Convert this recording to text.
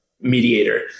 mediator